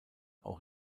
auch